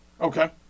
Okay